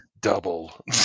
double